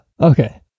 okay